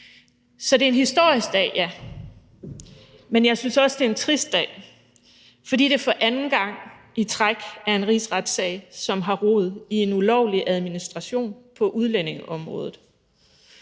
ja, det er en historisk dag, men jeg synes også, det er en trist dag, fordi det for anden gang i træk er en rigsretssag, som har rod i en ulovlig administration på udlændingeområdet.